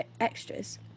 extras